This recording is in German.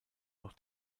doch